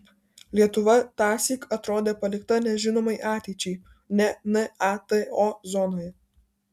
lietuva tąsyk atrodė palikta nežinomai ateičiai ne nato zonoje